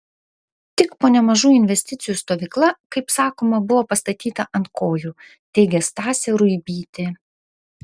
tik po nemažų investicijų stovykla kaip sakoma buvo pastatyta ant kojų teigė stasė ruibytė